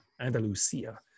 Andalusia